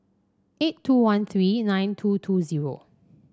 eight two one three nine two two zero